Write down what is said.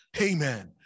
Amen